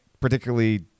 particularly